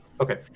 Okay